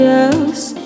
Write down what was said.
else